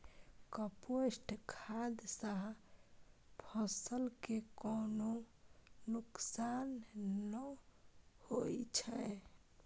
compost खाद सं फसल कें कोनो नुकसान नै होइ छै